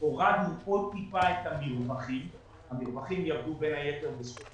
הורדנו עוד טיפה את המרווחים והמרווחים ירדו בין היתר בזכות